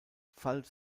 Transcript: falls